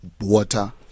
Water